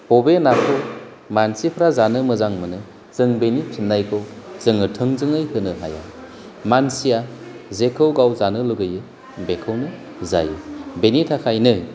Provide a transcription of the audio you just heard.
बबे नाखौ मानसिफोरा जानो मोजां मोनो जों बेनि फिननायखौ जोङो थोंजोङै होनो हाया मानसिया जेखौ गाव जानो लुगैयो बेखौनो जायो बेनि थाखायनो